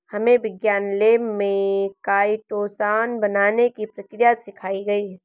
हमे विज्ञान लैब में काइटोसान बनाने की प्रक्रिया सिखाई गई